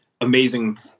amazing